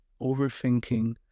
overthinking